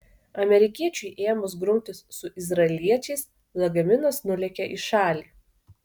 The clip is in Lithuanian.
amerikiečiui ėmus grumtis su izraeliečiais lagaminas nulėkė į šalį